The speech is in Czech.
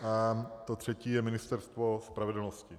To třetí je Ministerstvo spravedlnosti.